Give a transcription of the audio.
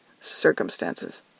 circumstances